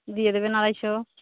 দিয়ে দেবেন আড়াইশো